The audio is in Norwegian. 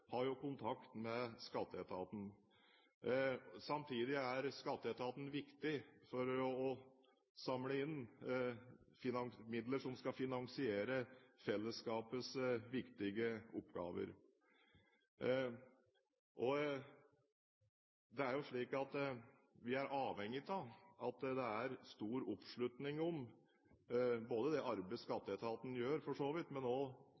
kontakt med skatteetaten. Samtidig er skatteetaten viktig for å samle inn midler som skal finansiere fellesskapets viktige oppgaver. Det er jo slik at vi er avhengig av at det er stor oppslutning om det arbeidet skatteetaten gjør, og ikke minst av at det er oppslutning om skattesystemet og